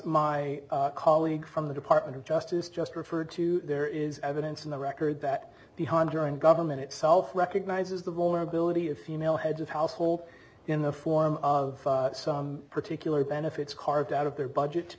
my colleague from the department of justice just referred to there is evidence in the record that behind during government itself recognizes the vulnerability of female heads of household in the form of some particular benefits carved out of their budget to